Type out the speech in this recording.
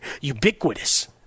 ubiquitous